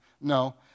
No